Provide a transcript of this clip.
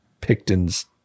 Picton's